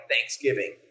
Thanksgiving